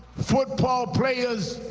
football players,